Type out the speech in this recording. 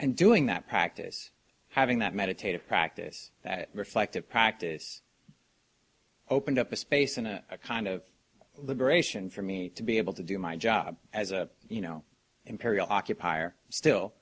and doing that practice having that meditative practice that reflective practice opened up a space in a kind of liberation for me to be able to do my job as a you know imperial occupier still